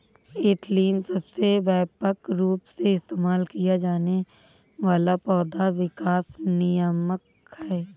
ethylene सबसे व्यापक रूप से इस्तेमाल किया जाने वाला पौधा विकास नियामक है